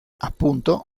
appunto